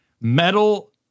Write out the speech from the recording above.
metal